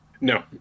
No